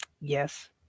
Yes